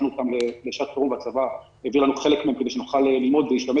שיהיו לשעת חירום של הצבא אז נוכל ללמוד ולהשתמש